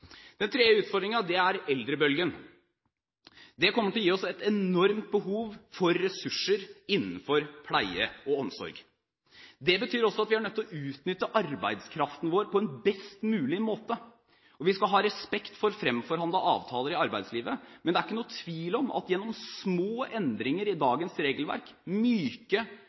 Den tredje utfordringen er eldrebølgen. Den kommer til å gi oss et enormt behov for ressurser innenfor pleie og omsorg. Det betyr også at vi er nødt til å utnytte arbeidskraften vår på en best mulig måte. Vi skal ha respekt for fremforhandlede avtaler i arbeidslivet, men det er ikke noen tvil om at gjennom små endringer i dagens regelverk – myke,